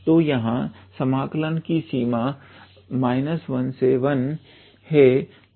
तो यहां समाकलन की सीमा 11 है